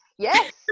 yes